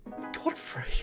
Godfrey